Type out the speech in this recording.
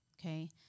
okay